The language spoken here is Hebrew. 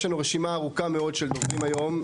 יש לנו רשימה ארוכה מאוד של דוברים היום.